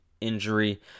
injury